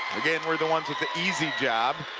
again, we're the ones with the easy job